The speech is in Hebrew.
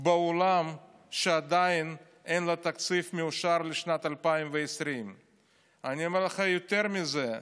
בעולם שעדיין אין לה תקציב מאושר לשנת 2020. אני אומר לך יותר מזה,